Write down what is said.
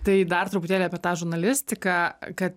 tai dar truputėlį apie tą žurnalistiką kad